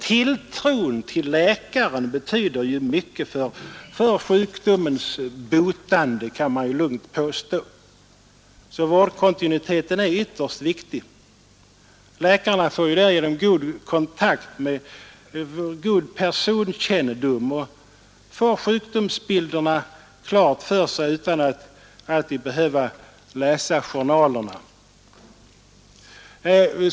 Tilltron till läkaren betyder mycket för sjukdomens botande, kan man lugnt påstå. Vårdkontinuiteten är alltså ytterst viktig. Läkarna får därigenom god personkännedom och har sjukdomsbilden klar för sig utan att alltid behöva läsa journalerna.